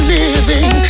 living